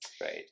Right